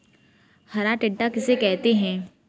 हरा टिड्डा किसे कहते हैं?